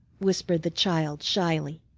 whispered the child shyly.